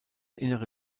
innere